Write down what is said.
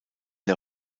der